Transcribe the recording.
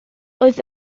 oedd